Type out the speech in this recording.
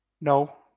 No